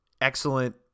excellent